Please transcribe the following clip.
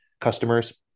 customers